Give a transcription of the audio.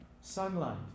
Sunlight